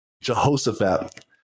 Jehoshaphat